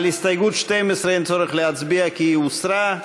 על הסתייגות 12 אין צורך להצביע כי היא הוסרה.